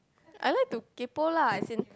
I like to kaypo lah as in